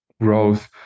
growth